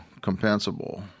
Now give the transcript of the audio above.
compensable